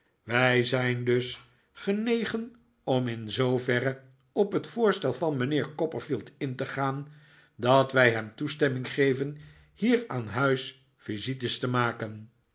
wij zijn dus genegen om in zooverre op het voorstel van mijnheer copperfield in te gaan dat wij hem toestemming geven hier aan huis visites te maken